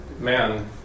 man